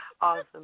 awesome